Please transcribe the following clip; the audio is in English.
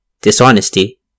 Dishonesty